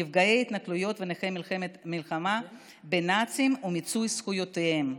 נפגעי התנכלויות ונכי המלחמה בנאצים ומיצוי זכויותיהם.